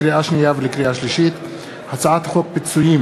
לקריאה שנייה ולקריאה שלישית: הצעת חוק פיצויים